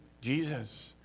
Jesus